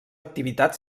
activitat